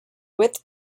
width